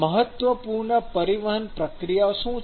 મહત્વપૂર્ણ પરિવહન પ્રક્રિયાઓ શું છે